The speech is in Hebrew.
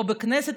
פה בכנסת,